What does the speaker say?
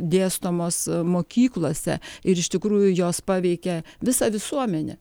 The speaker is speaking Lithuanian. dėstomos mokyklose ir iš tikrųjų jos paveikė visą visuomenę